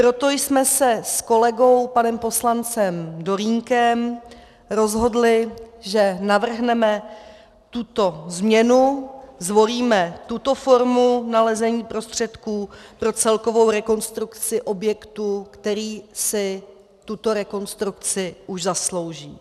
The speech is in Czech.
Proto jsme se s kolegou panem poslancem Dolínkem rozhodli, že navrhneme tuto změnu, zvolíme tuto formu nalezení prostředků pro celkovou rekonstrukci objektu, který si tuto rekonstrukci už zaslouží.